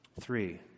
Three